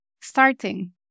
starting